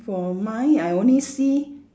for mine I only see